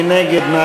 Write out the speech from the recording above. מי נגד?